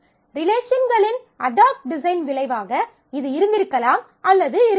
ரிலேஷன்களின் ad hoc design விளைவாக இது இருந்திருக்கலாம் அல்லது இருக்கலாம்